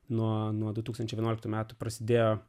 nuo nuo du tūkstančiai vienuoliktų metų prasidėjo